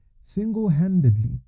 Single-handedly